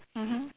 mmhmm